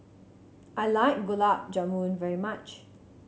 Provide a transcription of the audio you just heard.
I like Gulab Jamun very much